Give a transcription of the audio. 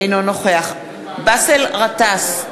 אינו נוכח באסל גטאס,